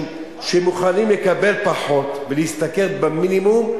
שמוכנים לקבל פחות ולהשתכר שכר מינימום,